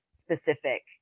specific